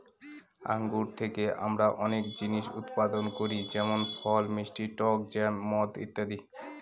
আঙ্গুর থেকে আমরা অনেক জিনিস উৎপাদন করি যেমন ফল, মিষ্টি টক জ্যাম, মদ ইত্যাদি